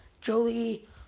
Jolie